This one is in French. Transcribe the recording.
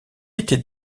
étaient